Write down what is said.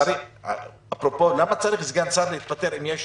שרים אפרופו, למה צריך סגן שר להתפטר אם יש